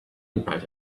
impact